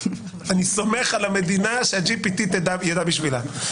אני סומך על המדינה שה-GPT ידע בשבילה.